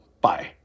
Bye